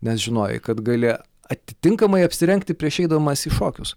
nes žinojai kad gali atitinkamai apsirengti prieš eidamas į šokius